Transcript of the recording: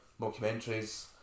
documentaries